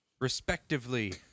respectively